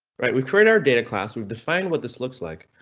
right, we create our data class. we defined what this looks like,